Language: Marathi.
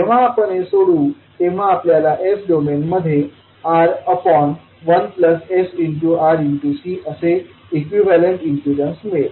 जेव्हा आपण हे सोडवू तेव्हा आपल्याला s डोमेन मध्ये R1sRCअसे इक्विवलेंट इम्पीडन्स मिळेल